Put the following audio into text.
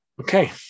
Okay